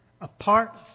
apart